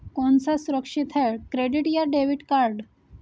कौन सा सुरक्षित है क्रेडिट या डेबिट कार्ड?